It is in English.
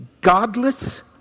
godless